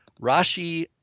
Rashi